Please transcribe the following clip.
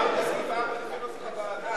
אמרת: סעיף 4, לפי נוסח הוועדה.